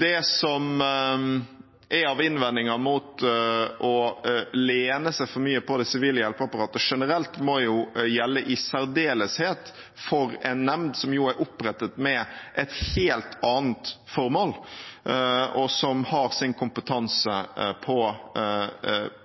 Det som er av innvendinger mot å lene seg for mye på det sivile hjelpeapparatet generelt, må jo gjelde i særdeleshet for en nemnd som er opprettet med et helt annet formål, og som har sin kompetanse på